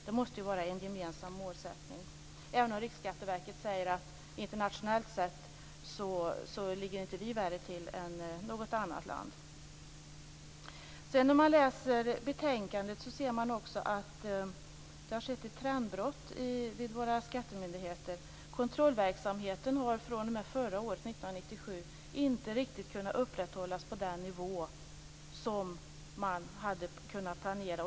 Det måste vara en gemensam målsättning, även om man från Riksskatteverkets sida säger att Sverige internationellt sett inte ligger sämre till än något annat land. När man läser betänkandet ser man att det har skett ett trendbrott vid våra skattemyndigheter. Kontrollverksamheten har fr.o.m. förra året, 1997, inte riktigt kunnat upprätthållas på den nivå som man hade kunnat planera.